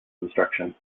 instruction